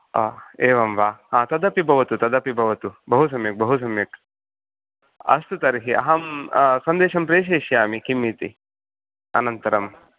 ओ एवं वा तदपि भवतु अस्तु तदपि भवतु बहुसम्यक् बहुसम्यक् अस्तु तर्हि अहं सन्देशं प्रेषयिष्यामि किम् इति अनन्तरम्